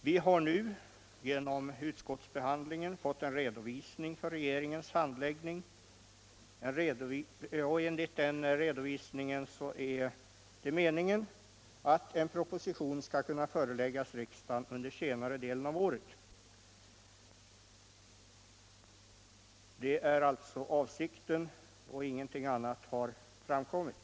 Vi har nu genom utskottsbehandlingen fått en redovisning för regeringens handlande. Enligt den redovisningen är det meningen att en proposition skall kunna föreläggas riksdagen under senare delen av året. Det är alltså avsikten, och ingenting annat har framkommit.